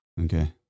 okay